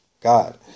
God